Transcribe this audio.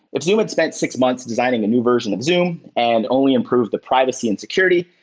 if zoom had spent six months designing a new version of zoom and only improve the privacy and security,